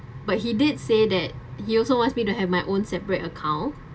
but he did say that he also ask me to have my own separate account